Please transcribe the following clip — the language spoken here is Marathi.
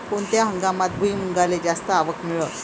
कोनत्या हंगामात भुईमुंगाले जास्त आवक मिळन?